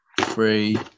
three